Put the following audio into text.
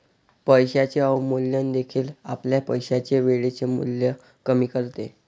पैशाचे अवमूल्यन देखील आपल्या पैशाचे वेळेचे मूल्य कमी करते